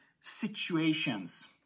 situations